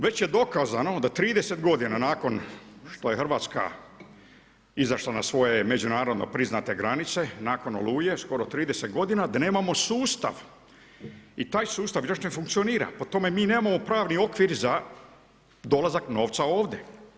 Već je dokazano da 30 godina nakon što je Hrvatska izašla na svoje međunarodno priznate granice, nakon Oluje skoro 30 godina, da nemamo sustav i taj sustav još ne funkcionira, po tome mi nemamo pravni okvir za dolazak novca ovdje.